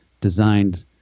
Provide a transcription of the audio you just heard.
designed